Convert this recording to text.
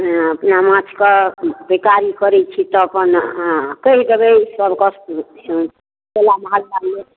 आओर अपना माछके पहिकारी करै छी तऽ अपन अहाँ कहि देबै सभके कोइला महारवला लोक